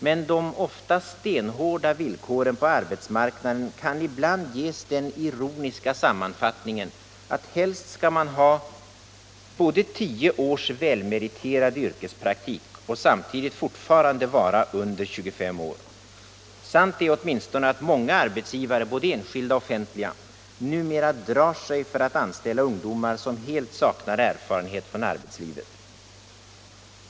Men de ofta stenhårda villkoren på arbetsmarknaden kan ibland ges den ironiska sammanfattningen att man helst skall ha 10 års välmeriterad yrkespraktik och samtidigt fortfarande vara under 25! Sant är åtminstone att många arbetsgivare — både enskilda och offentliga — numera drar sig för att anställa ungdomar som helt saknar erfarenhet från arbetslivet.